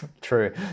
True